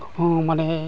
ᱦᱮᱸ ᱢᱟᱱᱮ